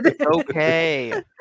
Okay